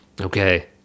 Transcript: Okay